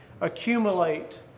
accumulate